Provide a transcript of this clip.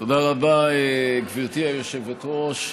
תודה רבה, גברתי היושבת-ראש.